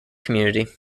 community